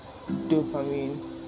dopamine